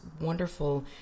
wonderful